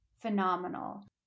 phenomenal